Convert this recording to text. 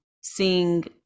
sing